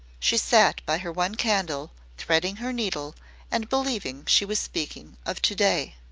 she sat by her one candle, threading her needle and believing she was speaking of to-day.